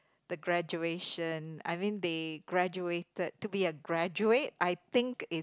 the graduation I mean they graduated to be a graduate I think it's